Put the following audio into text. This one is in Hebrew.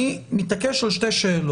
אני מתעקש על שתי שאלות.